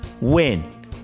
Win